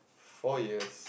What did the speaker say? four years